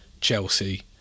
Chelsea